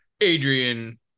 Adrian